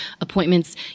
appointments